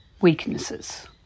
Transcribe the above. weaknesses